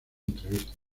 entrevistas